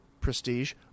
Prestige